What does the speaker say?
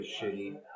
shitty